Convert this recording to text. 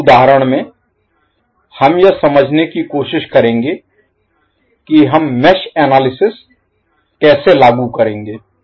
इस उदाहरण में हम यह समझने की कोशिश करेंगे कि हम मेष एनालिसिस विश्लेषण Analysis कैसे लागू करेंगे